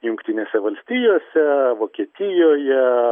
jungtinėse valstijose vokietijoje